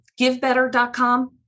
givebetter.com